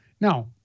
Now